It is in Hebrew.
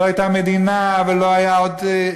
לא הייתה מדינה ולא היה עוד,